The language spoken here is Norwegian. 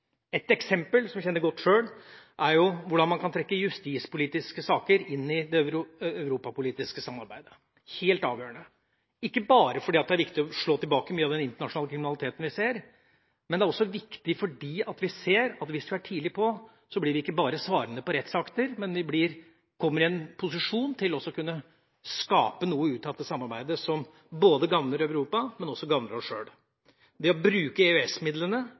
Et eksempel som jeg kjenner godt sjøl, er hvordan man kan trekke justispolitiske saker inn i det europapolitiske samarbeidet. Det er helt avgjørende, ikke bare fordi det er viktig å slå tilbake mye av den internasjonale kriminaliteten vi ser, men det er også viktig fordi vi ser at hvis man er tidlig på, blir vi ikke bare svarende på rettsakter, men vi kommer i en posisjon til å kunne skape noe ut av samarbeidet som gagner Europa, men som også gagner oss sjøl. Det å bruke